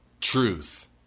truth